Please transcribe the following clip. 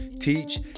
teach